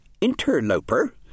interloper—